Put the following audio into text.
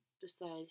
decide